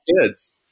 kids